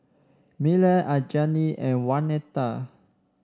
Miller Anjali and Waneta